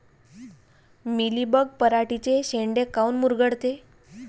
Mealybug पराटीचे चे शेंडे काऊन मुरगळते?